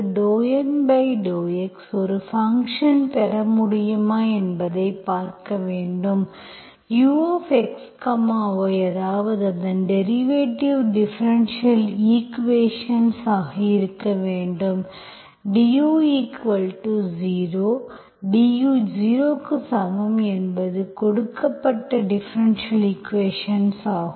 ∂M∂y∂N∂x ஒரு ஃபங்க்ஷன் பெற முடியுமா என்பதைப் பார்க்க வேண்டும் ux y அதாவது அதன் டெரிவேட்டிவ் டிஃபரென்ஷியல் ஈக்குவேஷன்ஸ் ஆக இருக்க வேண்டும் du0 du 0 க்கு சமம் என்பது கொடுக்கப்பட்ட டிஃபரென்ஷியல் ஈக்குவேஷன்ஸ் ஆகும்